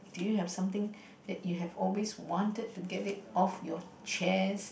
do you have something that you have always wanted to get it of your chance